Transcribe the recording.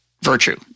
virtue